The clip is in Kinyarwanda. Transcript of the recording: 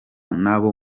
n’abo